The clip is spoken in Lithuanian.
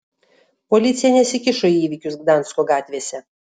policija nesikišo į įvykius gdansko gatvėse